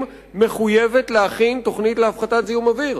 מחויבת להכין תוכנית להפחתת זיהום האוויר.